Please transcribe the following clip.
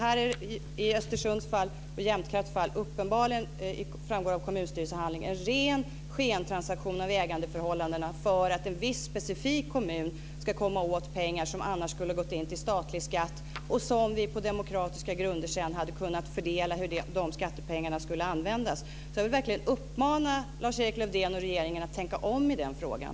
I detta fall med Jämtkraft och Östersund så framgår det av kommunstyrelsehandlingar att det uppenbarligen är fråga om en ren skentransaktion när det gäller ägandeförhållandena för att en viss specifik kommun ska komma åt pengar som annars skulle ha gått in i form av statlig skatt och som vi på demokratiska grunder sedan hade kunnat bestämma hur de skulle användas. Jag vill verkligen uppmana Lars-Erik Lövdén och regeringen att tänka om i den frågan.